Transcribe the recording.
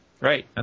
Right